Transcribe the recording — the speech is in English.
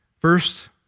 First